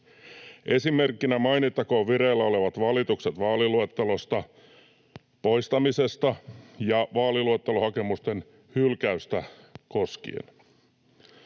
Esimerkkinä mainittakoon vireillä olevat valitukset vaaliluettelosta poistamisesta ja vaaliluettelohakemusten hylkäyksestä.